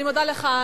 אני מודה לך,